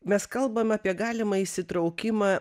mes kalbam apie galimą įsitraukimą